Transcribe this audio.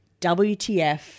WTF